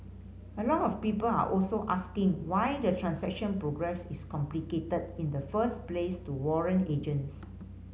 a lot of people are also asking why the transaction progress is complicated in the first place to warrant agents